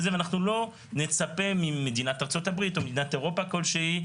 ואנחנו לא נצפה ממדינת ארצות הברית או מדינת אירופה כלשהי,